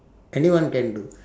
anyone can do